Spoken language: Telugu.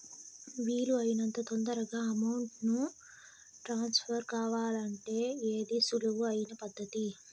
వీలు అయినంత తొందరగా అమౌంట్ ను ట్రాన్స్ఫర్ కావాలంటే ఏది సులువు అయిన పద్దతి